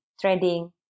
trading